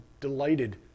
delighted